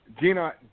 Gina